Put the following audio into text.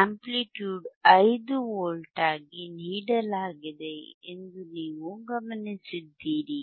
amplitude 5 ವೋಲ್ಟ್ಗಳಾಗಿ ನೀಡಲಾಗಿದೆ ಎಂದು ನೀವು ಗಮನಿಸಿದ್ದೀರಿ